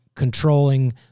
controlling